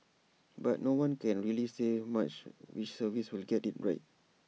but no one can really say much which service will get IT right